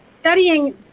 studying